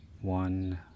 one